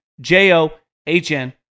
J-O-H-N